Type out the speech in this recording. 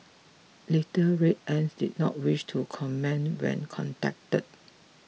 Little Red Ants did not wish to comment when contacted